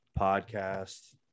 podcast